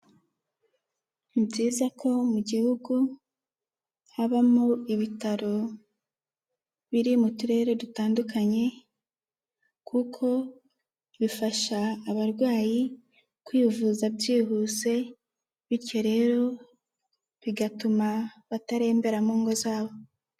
Ni byiza ko mu gihugu habamo ibitaro biri mu turere dutandukanye kuko bifasha abarwayi kwivuza byihuse bityo rero bigatuma batarembera mu ngo zabo.